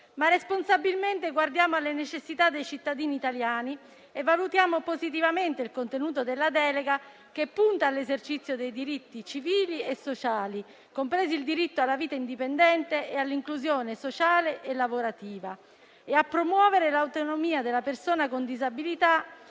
Ma responsabilmente guardiamo alle necessità dei cittadini italiani e valutiamo positivamente il contenuto della delega, che punta all'esercizio dei diritti civili e sociali, compresi il diritto alla vita indipendente e all'inclusione sociale e lavorativa, e a promuovere l'autonomia della persona con disabilità